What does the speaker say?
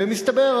ומסתבר,